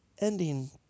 ending